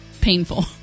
painful